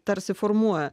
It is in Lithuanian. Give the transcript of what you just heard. tarsi formuoja